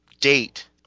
date